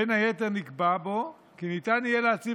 בין היתר נקבע בו כי ניתן יהיה להציב